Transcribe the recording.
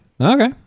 Okay